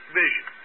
vision